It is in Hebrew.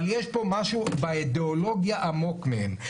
אבל יש פה משהו באידיאולוגיה עמוק מהם.